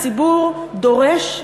הציבור דורש,